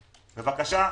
בבקשה.